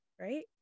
right